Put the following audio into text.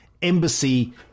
embassy